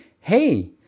hey